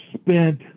spent